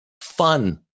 fun